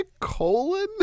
colon